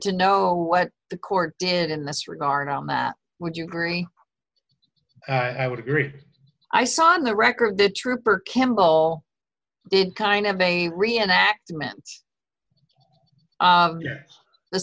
to know what the court did in this regard on that would you agree i would agree i saw on the record the trooper campbell did kind of a reenactment of the